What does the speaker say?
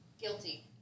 guilty